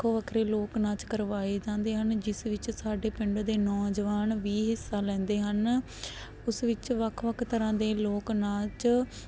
ਵੱਖੋ ਵੱਖਰੇ ਲੋਕ ਨਾਚ ਕਰਵਾਏ ਜਾਂਦੇ ਹਨ ਜਿਸ ਵਿੱਚ ਸਾਡੇ ਪਿੰਡ ਦੇ ਨੌਜਵਾਨ ਵੀ ਹਿੱਸਾ ਲੈਂਦੇ ਹਨ ਉਸ ਵਿੱਚ ਵੱਖ ਵੱਖ ਤਰ੍ਹਾਂ ਦੇ ਲੋਕ ਨਾਚ